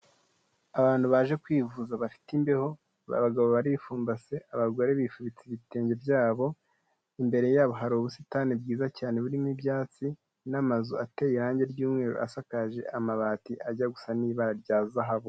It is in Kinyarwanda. Abantu baje kwivuza bafite imbeho, abagabo baripfumbase, abagore bifubitse ibitenge byabo, imbere yabo hari ubusitani bwiza cyane burimo ibyatsi n'amazu ateye irange ry'umweru asakaje amabati ajya gusa n'ibara rya zahabu.